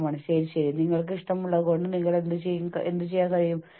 കൂടാതെ അത് നിങ്ങൾ ജോലിയിൽ ഉൽപ്പാദിപ്പിക്കുന്നതിനെ ബാധിക്കും